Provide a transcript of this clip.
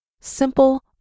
simple